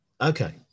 Okay